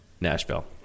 Nashville